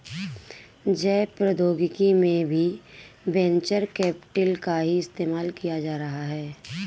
जैव प्रौद्योगिकी में भी वेंचर कैपिटल का ही इस्तेमाल किया जा रहा है